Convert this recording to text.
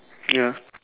ya